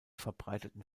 verbreiteten